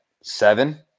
seven